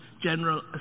General